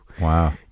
Wow